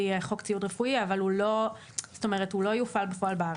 חוק ציור רפואי אבל הוא לא יופעל בפועל בארץ.